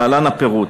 להלן הפירוט: